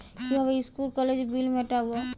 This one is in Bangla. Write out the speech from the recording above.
কিভাবে স্কুল কলেজের বিল মিটাব?